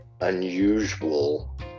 unusual